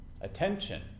Attention